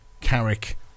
Carrick